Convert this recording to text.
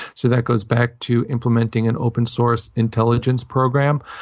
so that goes back to implementing an open source intelligence program.